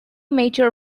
major